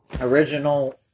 original